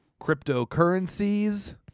Cryptocurrencies